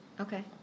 Okay